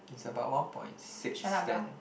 it's about one point six then